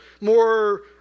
more